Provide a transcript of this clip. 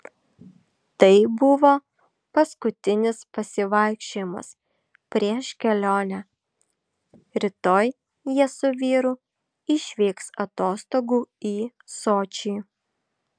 tai buvo paskutinis pasivaikščiojimas prieš kelionę rytoj jie su vyru išvyks atostogų į sočį